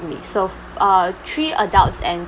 me so uh three adults and